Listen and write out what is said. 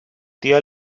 tía